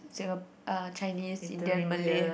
Singa~ uh Chinese Indian Malay